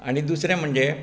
आनी दुसरें म्हणजे